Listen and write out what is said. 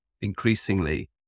increasingly